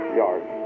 yards